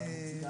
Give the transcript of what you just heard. אני אציג את